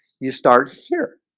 you start here